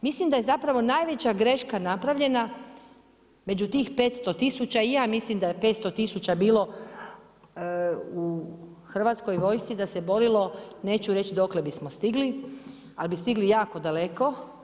Mislim da je zapravo najveća greška napravljena među tih 500000 i ja mislim da je 500000 bilo u HV da se borilo, neću reći dokle bismo stigli, ali bi stigli jako daleko.